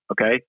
Okay